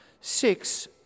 Six